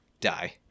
die